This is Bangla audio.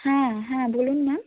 হ্যাঁ হ্যাঁ বলুন ম্যাম